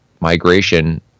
migration